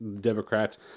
Democrats